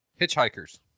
Hitchhikers